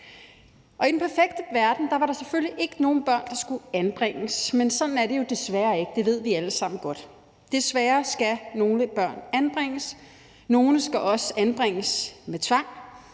I den perfekte verden var der selvfølgelig ikke nogen børn, der skulle anbringes, men sådan er det jo desværre ikke, det ved vi alle sammen godt. Desværre skal nogle børn anbringes. Nogle skal også anbringes med tvang,